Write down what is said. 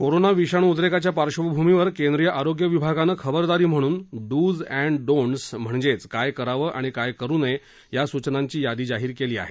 corona विषाणू उद्रेकाच्या पार्श्वभूमीवर केंद्रीय आरोग्य विभागानं खबरदारी म्हणून डूज एन्ड डोन्ट्स म्हणजेच काय करावं आणि काय करू नये या सूचनांची यादी जाहीर केली आहे